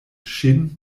ŝin